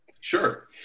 Sure